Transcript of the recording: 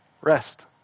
Rest